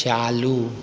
चालू